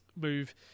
move